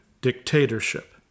dictatorship